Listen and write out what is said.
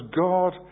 God